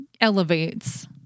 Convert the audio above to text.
elevates